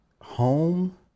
home